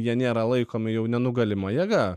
jie nėra laikomi jau nenugalima jėga